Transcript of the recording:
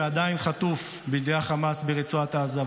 שעדיין חטוף בידי החמאס ברצועת עזה,